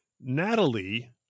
Natalie